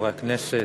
חברי הכנסת,